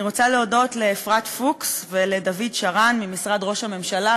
אני רוצה להודות לאפרת פוקס וגם לדוד שרן ממשרד ראש הממשלה,